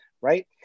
Right